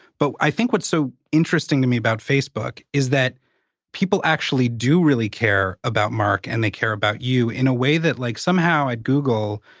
but i think what's so interesting to me about facebook is that people actually do really care about mark and they care about you in a way that, like, somehow at google,